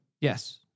Yes